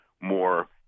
more